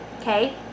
Okay